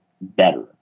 better